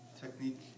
Technique